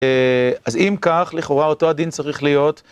אז אם כך, לכאורה אותו הדין צריך להיות.